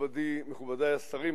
מכובדי השרים,